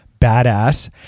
Badass